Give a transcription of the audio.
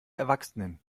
erwachsenen